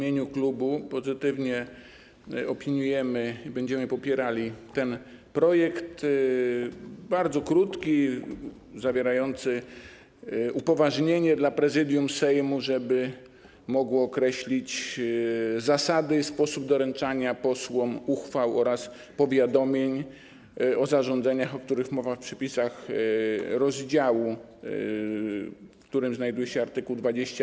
Jako klub pozytywnie opiniujemy i będziemy popierali ten projekt, bardzo krótki, zawierający upoważnienie dla Prezydium Sejmu do określenia zasad i sposobu doręczania posłom uchwał oraz powiadomień o zarządzeniach, o których mowa w przepisach rozdziału, w którym znajduje się art. 25a.